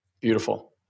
Beautiful